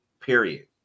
period